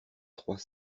trois